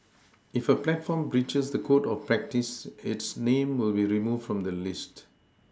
if a platform breaches the code of practice its name will be removed from the list